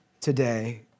today